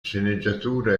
sceneggiatura